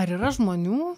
ar yra žmonių